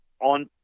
on